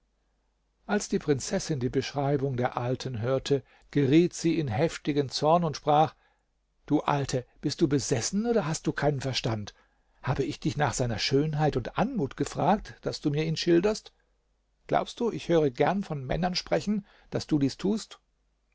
als die prinzessin die beschreibung der alten hörte geriet sie in heftigen zorn und sprach du alte bist du besessen oder hast du keinen verstand habe ich dich nach seiner schönheit und anmut gefragt daß du mir ihn schilderst glaubst du ich höre gern von männern sprechen daß du dies tust